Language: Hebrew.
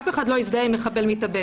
אף אחד לא יזדהה עם מחבל מתאבד.